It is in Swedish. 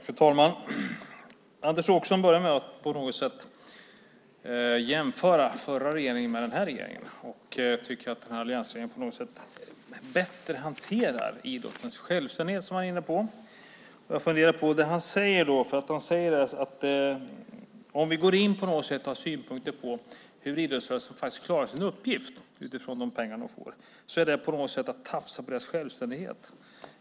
Fru talman! Anders Åkesson började med att jämföra den förra regeringen med den här regeringen och tycker att alliansregeringen på något sätt hanterar idrottens självsanering bättre, som han var inne på. Jag har funderat på det han säger, att om vi går in och har synpunkter på hur idrottsrörelsen faktiskt klarar sin uppgift utifrån de pengar den får är det på något sätt att tafsa på deras självständighet.